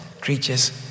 creatures